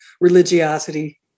religiosity